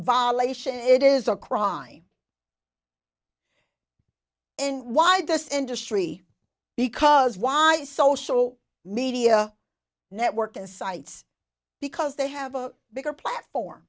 violation it is a crime and why this industry because why social media network and sites because they have a bigger platform